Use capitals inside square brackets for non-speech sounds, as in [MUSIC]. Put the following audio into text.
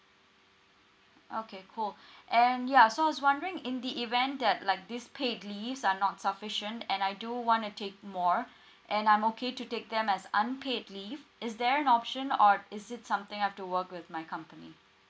okay cool [BREATH] and ya so I was wondering in the event that like these paid leaves are not sufficient and I do want to take more [BREATH] and I'm okay to take them as unpaid leave is there an option or is it something I have to work with my company